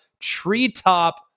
treetop